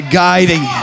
guiding